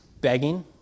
begging